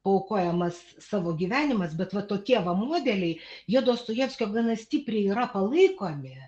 paaukojamas savo gyvenimas bet va tokie modeliai jie dostojevskio gana stipriai yra palaikomi